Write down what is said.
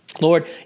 Lord